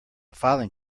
filing